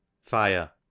fire